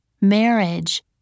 marriage